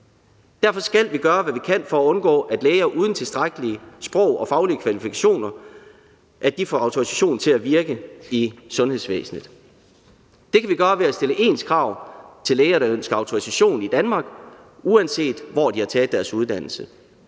Derfor skal vi gøre, hvad vi kan, for at undgå, at læger uden tilstrækkelige sproglige og faglige kvalifikationer får autorisation til at virke i sundhedsvæsenet. Det kan vi gøre ved at stille ens krav til læger, der ønsker autorisation i Danmark, uanset hvor de har taget deres uddannelse,